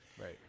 Right